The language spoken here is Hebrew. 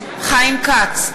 חיים כץ,